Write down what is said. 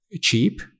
cheap